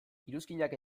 iruzkinak